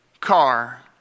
car